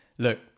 Look